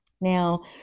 Now